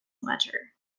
letter